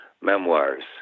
memoirs